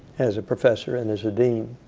as a professor and as a dean.